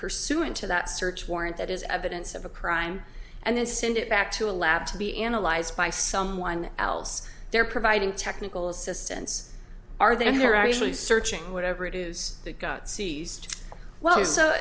pursuant to that search warrant that is evidence of a crime and then send it back to a lab to be analyzed by someone else they're providing technical assistance are there here actually searching whatever it is they've got seized